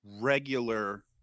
regular